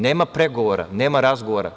Nema pregovora, nema razgovora.